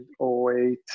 08